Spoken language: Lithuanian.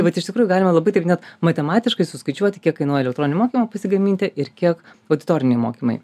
vat iš tikrųjų galima labai taip net matematiškai suskaičiuoti kiek kainuoja elektroninį mokymą pasigaminti ir kiek auditoriniai mokymai